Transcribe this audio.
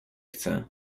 chce